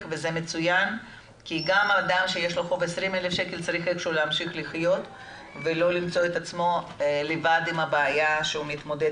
להגביר את הסיוע המשפטי לאנשים ולא להתנות במספר הנפשות